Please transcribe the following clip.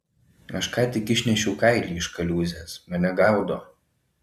aš ką tik išnešiau kailį iš kaliūzės mane gaudo